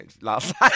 last